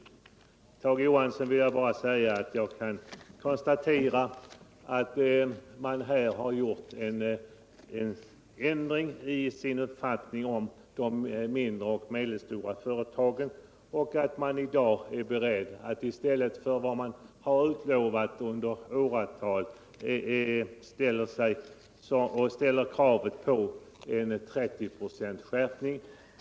Jag vill vidare säga till Tage Johansson att jag kan konstatera att socialdemokraterna här har ändrat sin uppfattning när det gäller de mindre och medelstora företagen och att man i dag ti stället för vad man har utlovat under åratal — en lindring i beskattningen av det i företagen bundna kapitalet — nu ställer krav på en 30-procentig skärpning.